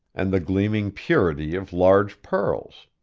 and the gleaming purity of large pearls.